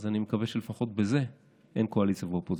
אז אני מקווה שלפחות בזה אין קואליציה ואופוזיציה.